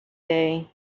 day